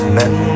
men